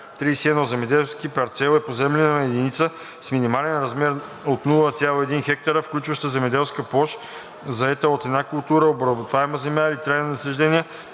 „31. „Земеделски парцел“ е поземлена единица с минимален размер от 0,1 ха, включваща земеделска площ, заета от една култура обработваема земя или трайни насаждения,